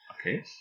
Okay